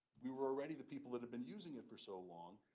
we were already the people that have been using it for so long.